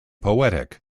poetic